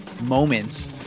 moments